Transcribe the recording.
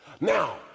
Now